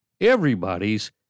Everybody's